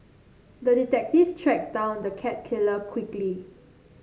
the detective tracked down the cat killer quickly